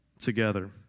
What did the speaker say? together